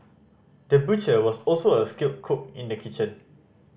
the butcher was also a skilled cook in the kitchen